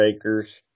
acres